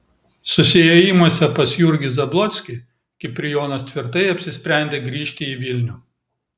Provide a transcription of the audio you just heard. susiėjimuose pas jurgį zablockį kiprijonas tvirtai apsisprendė grįžti į vilnių